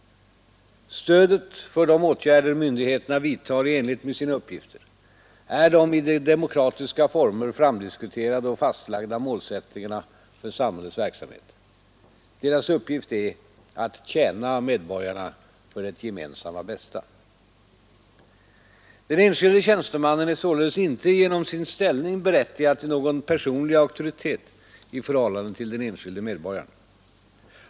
Stödet för de åtgärder myndigheterna vidtar i enlighet med sina uppgifter är de i demokratiska former framdiskuterade och fastlagda målsättningarna för samhällets utveckling. Deras uppgift är att tjäna medborgarna för det gemensamma bästa. Den enskilde tjänstemannen är således inte genom sin ställning berättigad till någon personlig auktoritet i förhållande till den enskilde medborgaren.